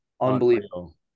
unbelievable